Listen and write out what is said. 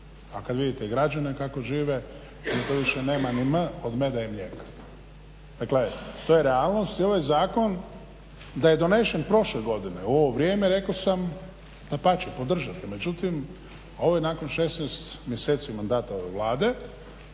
A kad vidite građane kako žive onda tu više nema ni m od meda i mlijeka. Dakle, to je realnost i ovaj zakon da je donesen prošle godine u ovo vrijeme rekao sam dapače podržali bi, međutim ovo je nakon 16 mjeseci mandata ove Vlade,